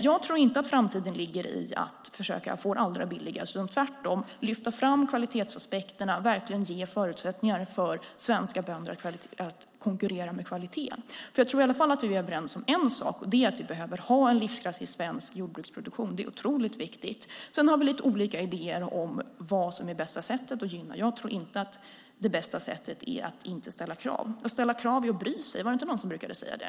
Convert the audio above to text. Jag tror inte att framtiden ligger i att försöka få det allra billigast, utan det är tvärtom att lyfta fram kvalitetsaspekterna och verkligen ge förutsättningar för svenska bönder att konkurrera med kvalitet. Jag tror i alla fall att vi är överens om en sak, och det är att vi behöver ha en livskraftig svensk jordbruksproduktion. Det är otroligt viktigt. Sedan har vi lite olika idéer om vad som är bästa sättet att gynna den. Jag tror inte att det bästa sättet är att inte ställa krav. Att ställa krav är att bry sig - var det inte någon som brukade säga det?